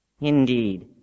Indeed